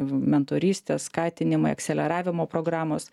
mentorystės skatinimai akseleravimo programos